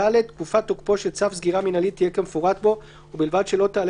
(ד) תקופת תוקפו של צו סגירה מינהלי תהיה כמפורט בו ובלבד שלא תעלה